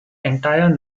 entire